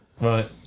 Right